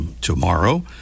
tomorrow